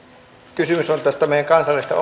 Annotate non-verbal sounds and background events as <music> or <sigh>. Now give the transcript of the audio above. kysymys on meidän kansallisesta <unintelligible>